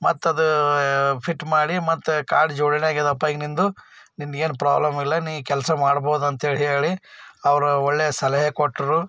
ಮತ್ತದು ಫಿಟ್ ಮಾಡಿ ಮತ್ತೆ ಕಾಲು ಜೋಡಣೆ ಆಗಿದೆಪ್ಪ ಈಗ ನಿಂದು ನಿಂದೇನು ಪ್ರಾಬ್ಲಮ್ ಇಲ್ಲ ನೀ ಕೆಲಸ ಮಾಡ್ಬೋದು ಅಂಥೇಳಿ ಹೇಳಿ ಅವರು ಒಳ್ಳೆ ಸಲಹೆ ಕೊಟ್ರು